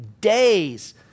days